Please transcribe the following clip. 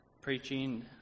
preaching